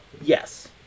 Yes